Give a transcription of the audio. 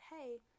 hey